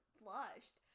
flushed